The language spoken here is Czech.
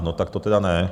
No tak to tedy ne.